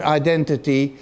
identity